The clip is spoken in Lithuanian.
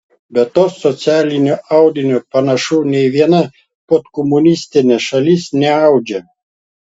bet to socialinio audinio panašu nei viena postkomunistinė šalis neaudžia